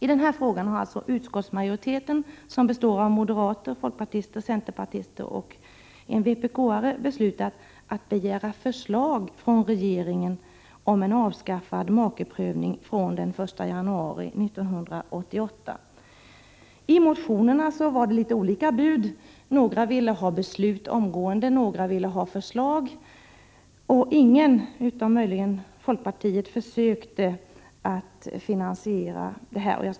I den här frågan har utskottsmajoriteten, som består av moderater, folkpartister, centerpartister och en vpk-are, beslutat att begära förslag av regeringen om ett avskaffande av makeprövningen från den 1 januari 1988. Motionerna hade litet olika bud. Några ville besluta omgående, några ville ha förslag. Ingen, utom möjligen folkpartiet, försökte finansiera detta.